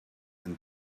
and